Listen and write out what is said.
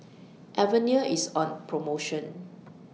Avene IS on promotion